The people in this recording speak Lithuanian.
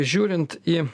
žiūrint į